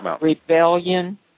Rebellion